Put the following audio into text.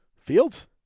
Fields